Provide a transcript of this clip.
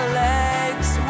legs